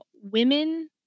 Women